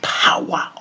power